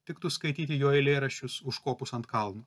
tiktų skaityti jo eilėraščius užkopus ant kalno